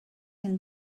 can